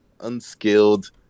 unskilled